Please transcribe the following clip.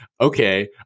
okay